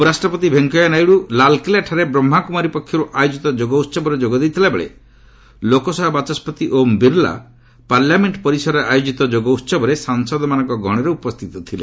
ଉପରାଷ୍ଟ୍ରପତି ଭେଙ୍କିୟା ନାଇଡି ଲାଲ୍କିଲ୍ଲାଠାରେ ବ୍ରହ୍ମକୁମାରୀ ପକ୍ଷରୁ ଆୟୋଜିତ ଯୋଗ ଉତ୍ସବରେ ଯୋଗ ଦେଇଥିଲାବେଳେ ଲୋକସଭା ବାଚସ୍କତି ଓମ୍ ବିର୍ଲା ପାର୍ଲାମେଣ୍ଟ ପରିସରରେ ଆୟୋଜିତ ଯୋଗ ଉହବରେ ସାଂସଦମାନଙ୍କ ଗହଶରେ ଉପସ୍ଥିତ ଥିଲେ